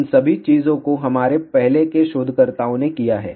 उन सभी चीजों को हमारे पहले के शोधकर्ताओं ने किया है